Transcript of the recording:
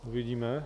Uvidíme.